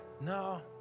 no